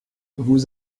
vous